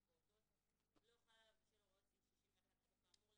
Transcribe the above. לפעוטות לא חל עליו בשל הוראות סעיף 61 לחוק האמור,